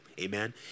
amen